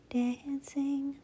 dancing